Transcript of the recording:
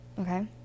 Okay